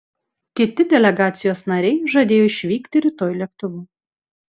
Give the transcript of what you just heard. kiti delegacijos nariai žadėjo išvykti rytoj lėktuvu